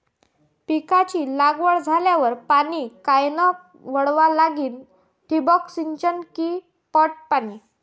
पिकाची लागवड झाल्यावर पाणी कायनं वळवा लागीन? ठिबक सिंचन की पट पाणी?